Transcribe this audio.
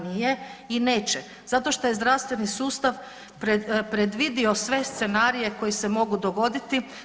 Nije i neće zato što je zdravstveni sustav predvidio sve scenarije koji se mogu dogoditi.